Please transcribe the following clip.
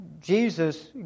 Jesus